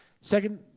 Second